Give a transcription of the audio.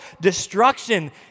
destruction